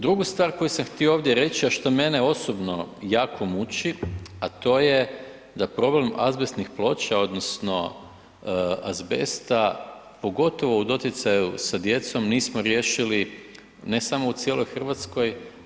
Drugu stvar koju sam htio ovdje reći, a što mene osobno jako muči, a to je da problem azbestnih ploča odnosno azbesta, pogotovo u doticaju sa djecom nismo riješili ne samo u cijeloj Hrvatskoj.